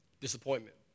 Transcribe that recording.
Disappointment